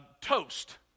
toast